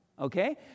okay